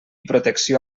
protecció